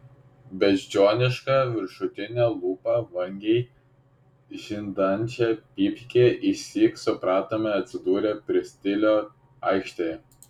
beždžioniška viršutine lūpa vangiai žindančią pypkę išsyk supratome atsidūrę pristlio aikštėje